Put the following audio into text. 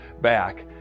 back